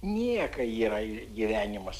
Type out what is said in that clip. niekai yra i gyvenimas